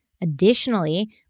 Additionally